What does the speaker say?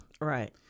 Right